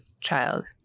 child